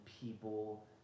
people